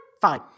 Fine